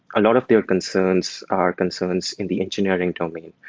a lot of their concerns are concerns in the engineering domain.